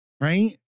Right